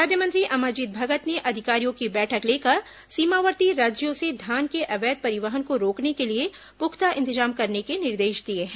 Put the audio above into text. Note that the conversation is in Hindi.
खाद्य मंत्री अमरजीत भगत ने अधिकारियों की बैठक लेकर सीमावर्ती राज्यों से धान के अवैध परिवहन को रोकने के लिए पुख्ता इंतजाम करने के निर्देश दिए हैं